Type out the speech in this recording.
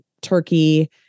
turkey